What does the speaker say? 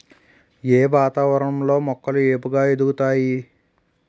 ఏ వాతావరణం లో మొక్కలు ఏపుగ ఎదుగుతాయి?